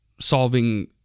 Solving